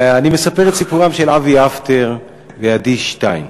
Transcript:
אני מספר את סיפורם של אבי אפטר ועדי שטיין,